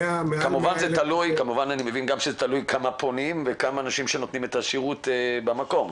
אני מבין שזה תלוי בכמות הפונים ובכמות של מתן השירות במקום.